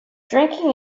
drinking